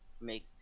Make